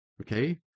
Okay